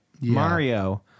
Mario